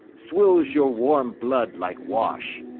swills your warm blood like wash,